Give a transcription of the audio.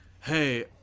hey